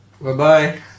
Bye-bye